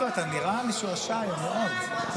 אתה נראה משועשע היום מאוד.